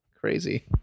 crazy